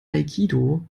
aikido